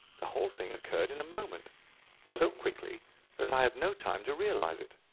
the whole thing occurred in a moment so quickly that i had no time to realize it.